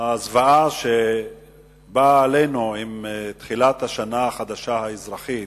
הזוועה שבאה עלינו עם תחילת השנה החדשה האזרחית,